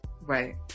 Right